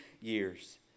years